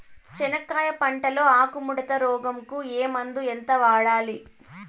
చెనక్కాయ పంట లో ఆకు ముడత రోగం కు ఏ మందు ఎంత వాడాలి?